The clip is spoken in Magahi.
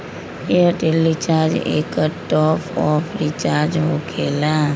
ऐयरटेल रिचार्ज एकर टॉप ऑफ़ रिचार्ज होकेला?